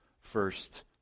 first